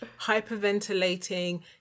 hyperventilating